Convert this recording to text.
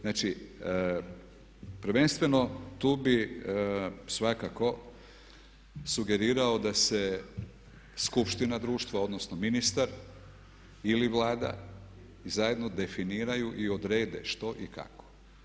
Znači prvenstveno tu bih svakako sugerirao da se skupština društva odnosno ministar ili Vlada zajedno definiraju i odrede što i kako.